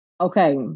Okay